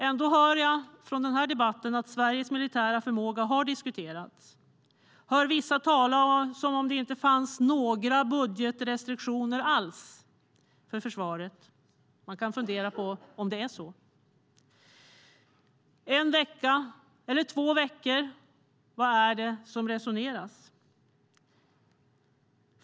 Ändå hör jag från den här debatten att Sveriges militära förmåga har diskuterats. Jag hör vissa tala som om det inte fanns några budgetrestriktioner alls för försvaret. Man kan fundera på om det är så. En vecka eller två veckor - vad är det som resoneras?